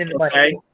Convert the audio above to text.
okay